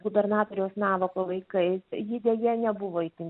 gubernatoriaus navako laikai ji deja nebuvo itin